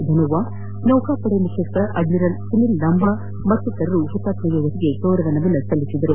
ಧನೋವಾ ನೌಕಾಪಡೆ ಮುಖ್ಯಸ್ವ ಅಡ್ಡಿರಲ್ ಸುನೀಲ್ ಲಂಬಾ ಮತ್ತಿತರರು ಹುತಾತ್ಮ ಯೋಧರಿಗೆ ಗೌರವ ಸಮರ್ಪಿಸಿದರು